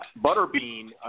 Butterbean